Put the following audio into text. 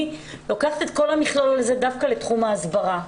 אני לוקחת את כל המכלול הזה דווקא לתחום ההסברה.